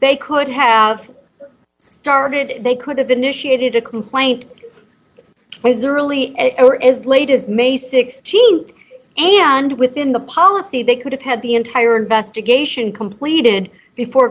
they could have started they could have been initiated a complaint was a really error is latest may th and within the policy they could have had the entire investigation completed before